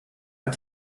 hat